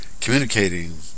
communicating